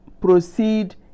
proceed